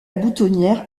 boutonnière